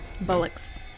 Bullocks